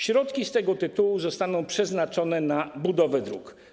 Środki z tego tytułu zostaną przeznaczone na budowę dróg.